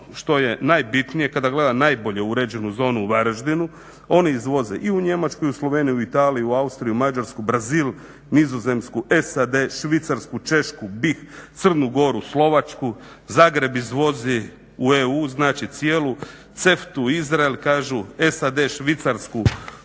što je najbitnije kada gledam najbolje uređenu zonu u Varaždinu, oni izvozi i u Njemačku i u Sloveniju, i u Italiju, Mađarsku, Austriju, Brazil, Nizozemsku, SAD, Švicarsku, Češku, BiH, Crnu Goru, Slovačku. Zagreb izvozi u EU znači cijelu CEFTA-u, Izrael kažu SAD, Švicarsku,